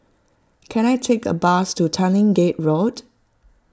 can I take a bus to Tanglin Gate Road